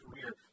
career